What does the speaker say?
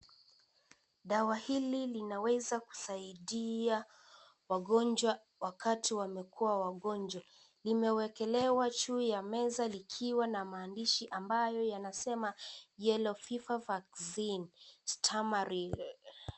Dawa hili linaweza kusaidia wagonjwa wakati wamekuwa wagonjwa. Imewekelewa juu ya meza likiwa na maandishi ambayo yanasema " Yellow Fever vaccin Stamaryl ".